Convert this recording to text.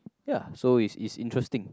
ya so is interesting